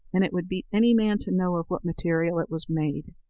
and it would beat any man to know of what material it was made.